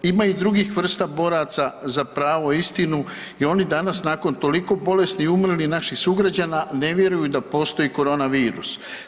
Ima i drugih vrsta boraca za pravo i istinu i oni danas nakon toliko bolesnih i umrlih naših sugrađana ne vjeruju da postoji korona virus.